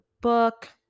book